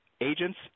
agents